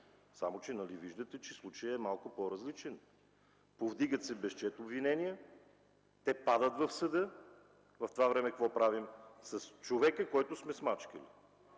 само че нали виждате, че случаят е малко по-различен? Повдигат се безчет обвинения, те падат в съда, в това време какво правим с човека, който сме смачкали?